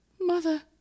mother